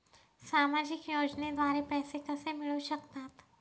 सामाजिक योजनेद्वारे पैसे कसे मिळू शकतात?